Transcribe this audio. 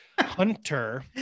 Hunter